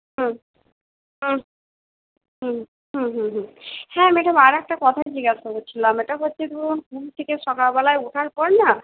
হুম হুম হুম হুম হুম হ্যাঁ ম্যাডাম আরেকটা কথা জিজ্ঞাস করার ছিল ব্যাপারটা হচ্ছে ধরুন ঘুম থেকে সকালবেলা ওঠার পর না